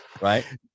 Right